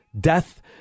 death